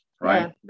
Right